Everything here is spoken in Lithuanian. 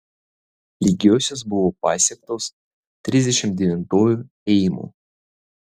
lygiosios buvo pasiektos trisdešimt devintuoju ėjimu